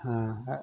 हा ह